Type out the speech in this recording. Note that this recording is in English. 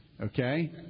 okay